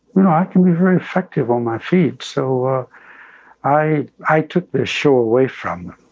know, i can be very effective on my feet. so ah i i took this show away from